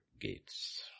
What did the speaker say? gates